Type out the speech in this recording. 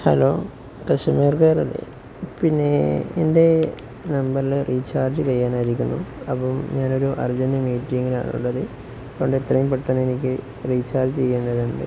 hello customer care അല്ലേ പിന്നെ എൻ്റെ നമ്പറില് റീചാർജ് ചെയ്യാനായിരിക്കുന്നു അപ്പം ഞാനൊരു അർജൻറ് മീറ്റിങ്ങിലാണുള്ളത് അതുകൊണ്ട് എത്രയും പെട്ടെന്ന് എനിക്ക് റീചാർജ് ചെയ്യേണ്ടതുണ്ട്